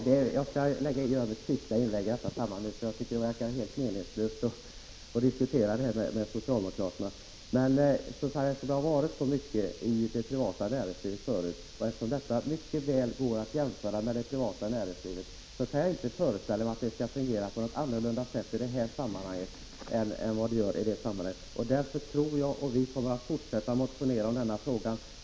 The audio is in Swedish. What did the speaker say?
Herr talman! Detta blir mitt sista inlägg i den här diskussionen, för det verkar vara helt meningslöst att diskutera dessa saker med socialdemokraterna. Jag har stor erfarenhet av det privata näringslivet. Eftersom det på detta område mycket väl går att göra jämförelser med det privata näringslivet, kan jaginte föreställa mig att det i detta sammanhang skulle fungera på annat sätt än i andra sammanhang. Vi kommer således att fortsätta att motionera i denna fråga.